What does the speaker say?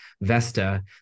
Vesta